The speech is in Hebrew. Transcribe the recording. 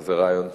זה רעיון טוב.